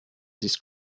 this